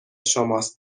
شماست